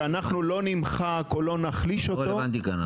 שאנחנו נמחק או לא נחליש אותו -- זה לא רלוונטי כרגע.